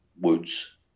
woods